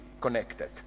connected